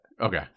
Okay